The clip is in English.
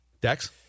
Dex